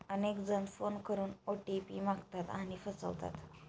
अनेक जण फोन करून ओ.टी.पी मागतात आणि फसवतात